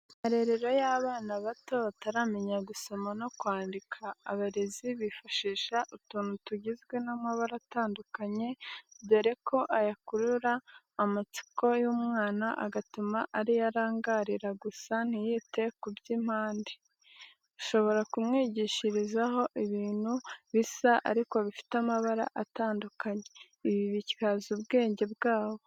Mu marero y'abana bato bataramenya gusoma no kwandika, abarezi bifashisha utuntu tugizwe n'amabara atandukanye, dore ko aya akurura amatsiko y'umwana agatuma ariyo arangarira gusa ntiyite ku by'impande. Ushobora kumwigishirizaho ibintu bisa ariko bifite amabara atandukanye. Ibi bityaza ubwenge bwabo.